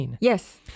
yes